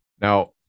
Now